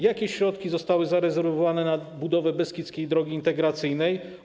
Jakie środki zostały zarezerwowane na budowę Beskidzkiej Drogi Integracyjnej?